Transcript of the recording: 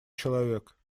человек